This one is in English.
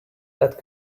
that